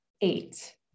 eight